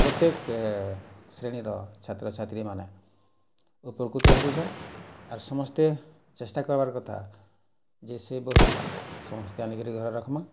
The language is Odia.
ପ୍ରତ୍ୟକ୍ ଶ୍ରେଣୀର ଛାତ୍ରଛାତ୍ରୀମାନେ ଉପକୃତ ହେଉଛନ୍ ଆର୍ ସମସ୍ତେ ଚେଷ୍ଟା କର୍ବାର୍ କଥା ଯେ ସେ ବହି ସମସ୍ତେ ଆଣିକିରି ଘରେ ରଖ୍ମା